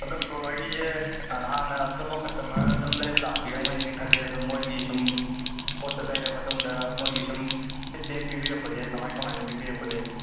ꯑꯗꯣ ꯕ꯭ꯔꯣ ꯍꯣꯏꯒꯤꯁꯦ ꯍꯥꯟꯅ ꯑꯇꯣꯞꯄ ꯀꯁꯇꯃꯔ ꯑꯗꯨꯝ ꯂꯩꯕ ꯂꯥꯛꯄꯤꯔꯝꯒꯅꯤꯅ ꯈꯜꯂꯤ ꯑꯗꯣ ꯃꯣꯏꯒꯤ ꯁꯨꯝ ꯄꯣꯠꯇꯣ ꯂꯩꯔ ꯃꯇꯨꯡꯗ ꯃꯣꯏꯒꯤ ꯁꯨꯝ ꯐꯤꯠꯕꯦꯛ ꯄꯤꯕꯤꯔꯛꯄꯁꯦ ꯀꯃꯥꯏꯅ ꯀꯃꯥꯏꯅ ꯄꯤꯕꯤꯔꯛꯄ ꯂꯩꯒꯦ